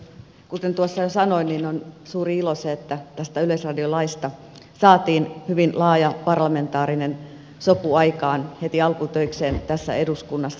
kuten tuossa jo sanoin on suuri ilo se että tästä yleisradiolaista saatiin hyvin laaja parlamentaarinen sopu aikaan heti alkutöikseen tässä eduskunnassa